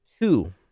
Two